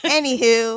anywho